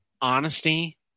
honesty